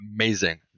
amazing